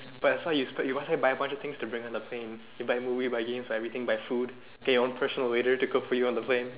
but as long as you spend you might as well buy a bunch of things to bring on the plane you buy movie buy games buy everything buy food get your own personal waiter to cook for you on the plane